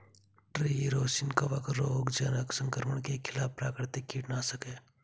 tree rosin कवक रोगजनक संक्रमण के खिलाफ प्राकृतिक कीटनाशक है